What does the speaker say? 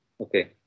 Okay